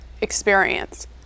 experience